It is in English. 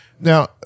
Now